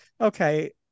okay